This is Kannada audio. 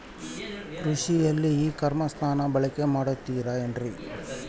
ಕೃಷಿಯಲ್ಲಿ ಇ ಕಾಮರ್ಸನ್ನ ಬಳಕೆ ಮಾಡುತ್ತಿದ್ದಾರೆ ಏನ್ರಿ?